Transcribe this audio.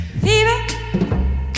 Fever